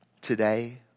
Today